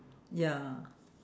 ya